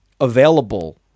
available